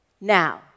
Now